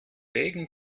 regen